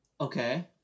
Okay